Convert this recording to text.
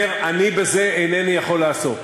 אומר: אני בזה אינני יכול לעסוק.